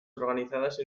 organizadas